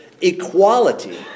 equality